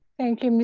thank you, ms.